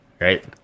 right